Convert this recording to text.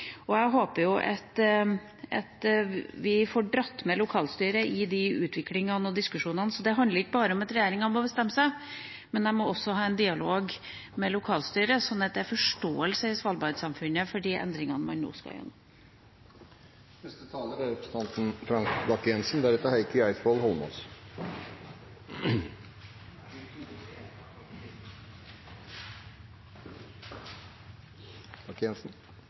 Jeg håper at vi får dratt med lokalstyret i den utviklingen og diskusjonen. Det handler ikke bare om at regjeringa må bestemme seg, men de må også ha en dialog med lokalstyret, sånn at det er forståelse i Svalbard-samfunnet for de endringene man nå skal